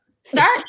Start